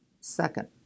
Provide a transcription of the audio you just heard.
Second